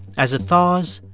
as it thaws,